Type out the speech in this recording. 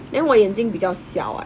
then 我眼睛比较小 [what]